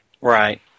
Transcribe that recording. Right